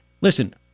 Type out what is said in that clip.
listen